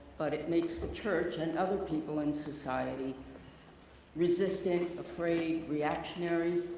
but it makes the church and other people in society resistant, afraid, reactionary,